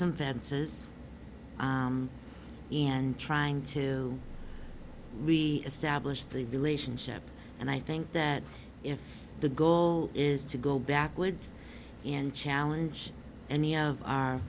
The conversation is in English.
some fences and trying to establish the relationship and i think that if the goal is to go backwards and challenge any of our